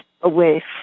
away